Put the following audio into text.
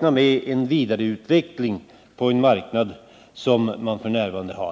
på en vidareutveckling på den nuvarande marknaden.